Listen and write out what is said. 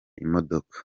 imodoka